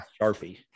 Sharpie